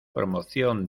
promoción